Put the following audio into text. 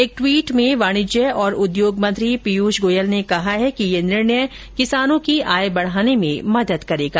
एक ट्वीट में वाणिज्य और उद्योग मंत्री पीयूष गोयल ने कहा है कि यह निर्णय किसानों की आय बढाने में मदद करेगा